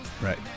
Right